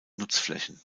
nutzflächen